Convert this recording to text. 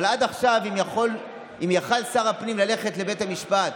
אבל אם עד עכשיו יכול היה שר הפנים ללכת לבית המשפט